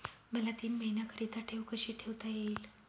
मला तीन महिन्याकरिता ठेव कशी ठेवता येईल?